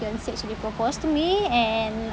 fiance actually proposed to me and